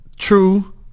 true